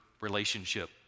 relationship